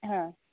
ಹಾಂ